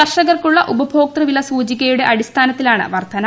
കർഷകർക്കുള്ള ഉപഭോക്തൃ വില സൂചികയുടെ അടിസ്ഥാനത്തിലാണ് വർധന